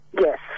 Yes